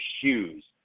shoes